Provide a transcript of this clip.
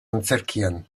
antzerkian